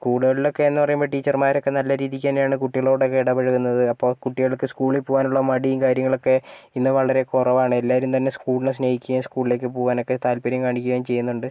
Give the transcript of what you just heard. സ്കൂളുകളിലൊക്കെ എന്ന് പറയുമ്പോൾ ടീച്ചർമാരൊക്കെ നല്ല രീതിക്ക് തന്നെയാണ് കുട്ടികളോടൊക്കെ ഇടപഴകുന്നത് അപ്പോൾ കുട്ടികൾക്ക് സ്കൂളിൽ പോകാനുള്ള മടിയും കാര്യങ്ങളൊക്കെ ഇന്ന് വളരെ കുറവാണ് എല്ലാവരും തന്നെ സ്കൂളിനെ സ്നേഹിക്കുകയും സ്കൂളിലേക്ക് പോകനൊക്കെ താല്പര്യം കാണിക്കുകയും ചെയ്യുന്നുണ്ട്